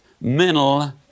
mental